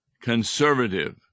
conservative